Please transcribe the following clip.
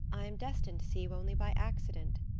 i am destined to see you only by accident,